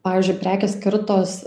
pavyzdžiui prekės skirtos